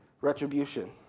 retribution